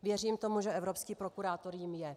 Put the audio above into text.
Věřím tomu, že evropský prokurátor jím je.